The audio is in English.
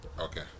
Okay